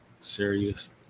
serious